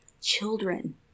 children